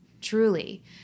truly